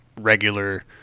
regular